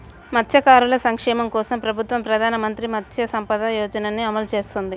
మత్స్యకారుల సంక్షేమం కోసం ప్రభుత్వం ప్రధాన మంత్రి మత్స్య సంపద యోజనని అమలు చేస్తోంది